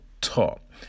top